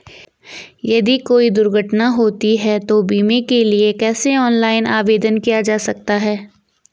यदि कोई दुर्घटना होती है तो बीमे के लिए कैसे ऑनलाइन आवेदन किया जा सकता है?